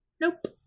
Nope